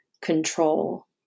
control